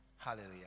Hallelujah